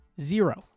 Zero